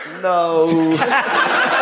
no